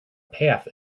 path